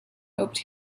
hoped